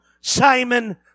Simon